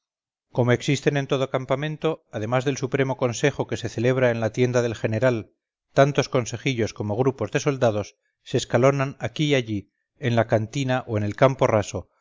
como existen en todo campamento además del supremo consejo que se celebra en la tienda del general tantos consejillos como grupos de soldados se escalonan aquí y allí en la cantina o en el campo raso